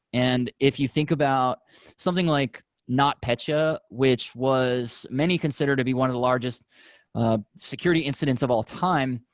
and if you think about something like notpetya, which was many consider to be one of the largest security incidents of all time.